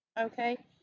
okay